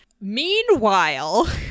Meanwhile